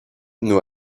nur